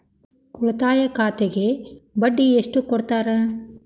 ಉಳಿತಾಯ ಖಾತೆಗೆ ಬಡ್ಡಿ ಎಷ್ಟು ಕೊಡ್ತಾರ?